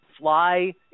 fly